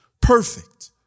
perfect